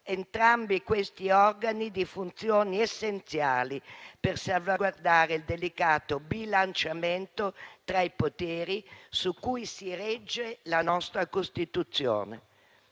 entrambi questi organi di funzioni essenziali per salvaguardare il delicato bilanciamento tra i poteri su cui si regge la nostra Costituzione.